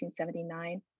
1979